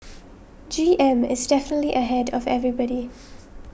G M is definitely ahead of everybody